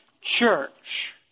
church